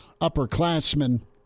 upperclassmen